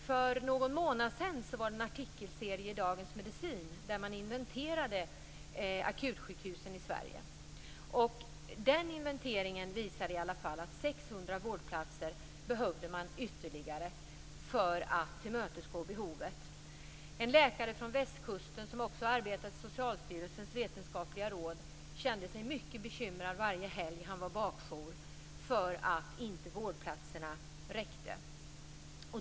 För någon månad sedan var det en artikelserie i Dagens Medicin där man inventerade akutsjukhusen i Sverige. Den inventeringen visade i alla fall att det behövdes ytterligare 600 vårdplatser för att tillmötesgå behovet. En läkare från västkusten som också arbetat i Socialstyrelsens vetenskapliga råd kände sig mycket bekymrad varje helg då han hade bakjour för att inte vårdplatserna räckte.